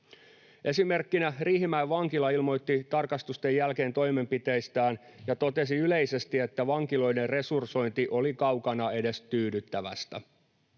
Esimerkkinä Riihimäen vankila ilmoitti tarkastusten jälkeen toimenpiteistään ja totesi yleisesti, että vankiloiden resursointi oli kaukana edes tyydyttävästä.